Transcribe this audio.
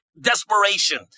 desperation